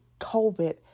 COVID